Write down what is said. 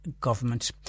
government